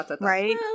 Right